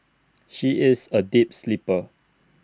she is A deep sleeper